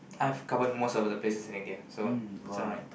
I've covered most of places in India so is alright